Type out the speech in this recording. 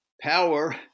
power